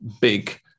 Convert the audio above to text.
big